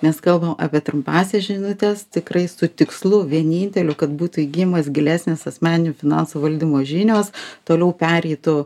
mes kalbam apie trumpąsias žinutes tikrai su tikslu vieninteliu kad būtų įgymas gilesnės asmeninių finansų valdymo žinios toliau pereitų